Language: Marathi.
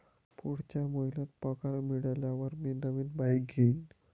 पुढच्या महिन्यात पगार मिळाल्यावर मी नवीन बाईक घेईन